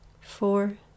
four